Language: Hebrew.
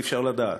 אי-אפשר לדעת.